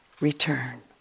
return